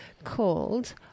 called